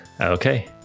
Okay